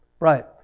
Right